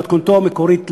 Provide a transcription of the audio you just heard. במתכונתו המקורית,